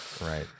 Right